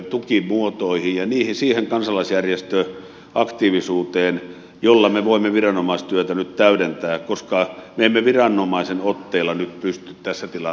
tukimuotoihin ja siihen kansalaisjärjestöaktiivisuu teen jolla me voimme viranomaistyötä nyt täydentää koska me emme viranomaisen otteella nyt pysty tässä tilanteessa riittävästi reagoimaan